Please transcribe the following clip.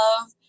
love